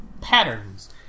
patterns